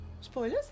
Spoilers